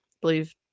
believe